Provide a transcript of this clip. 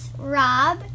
Rob